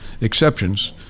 exceptions